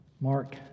Mark